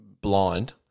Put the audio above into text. blind